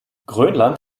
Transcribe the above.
grönland